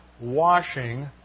washing